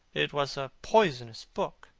it was a poisonous book.